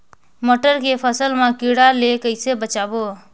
मटर के फसल मा कीड़ा ले कइसे बचाबो?